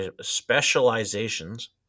specializations